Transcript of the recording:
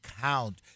count